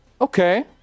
Okay